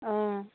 অঁ